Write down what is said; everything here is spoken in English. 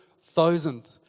thousand